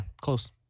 close